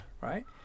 right